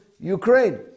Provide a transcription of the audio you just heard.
Ukraine